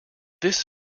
this